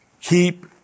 Keep